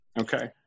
Okay